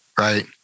Right